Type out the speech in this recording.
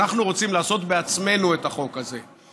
אנחנו רוצים לעשות בעצמנו את החוק הזה.